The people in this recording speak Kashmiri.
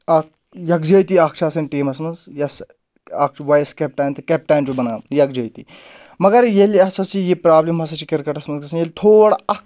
اکھ یکجٲتی اَکھ چھُ آسان ٹیٖمَس منٛز یۄس وایِس کیپٹن تہٕ کیپٹین چھُ بَناوُن یکجٲتی مگر ییٚلہِ ہَسا چھِ یہِ پرابلِم ہَسا چھِ کِرکَٹَس منٛز گژھان ییٚلہِ تھوٚڑ اکھ